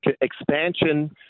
Expansion